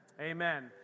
Amen